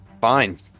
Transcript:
Fine